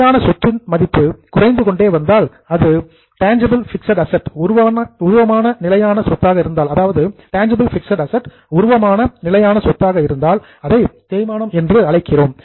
நிலையான சொத்தின் மதிப்பு குறைந்து கொண்டே வந்தால் அது டேன்ஜிபிள் பிக்சட் அசட் உருவமான நிலையான சொத்தாக இருந்தால் அதை தேய்மானம் என்று அழைக்கிறோம்